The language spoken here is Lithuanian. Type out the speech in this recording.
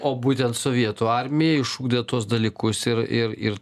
o būtent sovietų armija išugdė tuos dalykus ir ir ir